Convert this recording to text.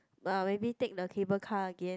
uh maybe take the cable car again